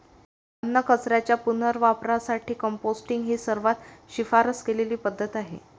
अन्नकचऱ्याच्या पुनर्वापरासाठी कंपोस्टिंग ही सर्वात शिफारस केलेली पद्धत आहे